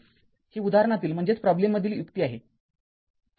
ही उदाहरणातील युक्ती आहे